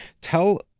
Tell